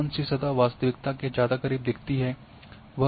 कौन सी सतह वास्तविकता के ज्यादा करीब दिखती है वह भी देखना होगा